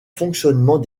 fonctionnement